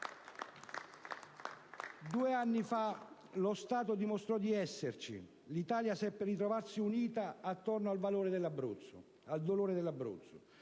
Due anni fa lo Stato dimostrò di esserci. L'Italia seppe ritrovarsi unita attorno al dolore dell'Abruzzo,